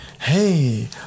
Hey